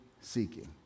seeking